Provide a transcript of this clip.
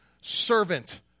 servant